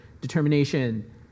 determination